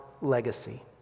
legacy